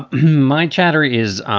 ah my chatter is?